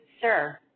sir